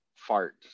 fart